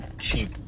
Cheap